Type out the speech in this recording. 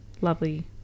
lovely